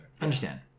understand